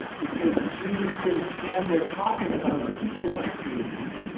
because jesus didn't stand there talking to other people after that.